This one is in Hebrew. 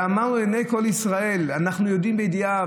ואמרנו לעיני כל ישראל: אנחנו יודעים בידיעה,